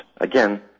again